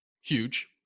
Huge